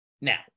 Now